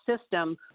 system